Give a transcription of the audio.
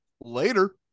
Later